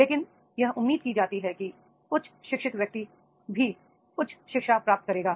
लेकिन यह उम्मीद की जाती है कि उच्च शिक्षित व्यक्ति भी उच्च शिक्षा प्राप्त करेगा